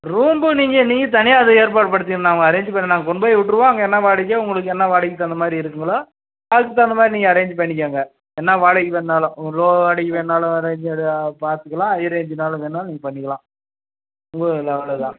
room நீங்கள் நீங்கள் தனியாக அது ஏற்பாடு படுத்திக்கணும் நாங்கள் அரேஞ்ச் பண்ணி நாங்கள் கொண்டு போய் விட்ருவோம் அங்கே என்ன வாடகையோ உங்களுக்கு என்ன வாடகைக்கு தகுந்த மாதிரி இருக்குதுங்களோ அதுக்கு தகுந்த மாதிரி நீங்கள் அரேஞ்ச் பண்ணிக்கங்க என்ன வாடகைக்கு வேணுனாலும் லோ வாடகைக்கு வேணுனாலும் அரேஞ்சு பார்த்துக்கலாம் ஹை ரேஞ்சுனாலும் வேணுனாலும் நீங்கள் பண்ணிக்கலாம் உங்கள் லெவலு தான்